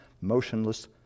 motionless